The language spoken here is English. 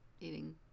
eating